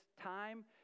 time